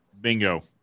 Bingo